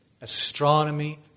astronomy